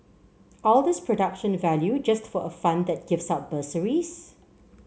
all this production value just for a fund that gives out bursaries